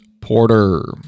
Porter